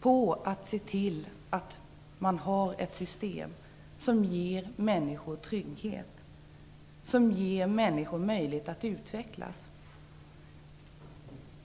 på att se till att man har ett system som ger människor trygghet, som ger människor möjlighet att utvecklas.